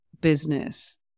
business